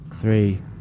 Three